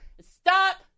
Stop